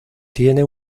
tiene